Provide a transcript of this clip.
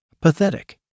Pathetic